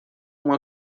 uma